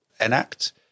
enact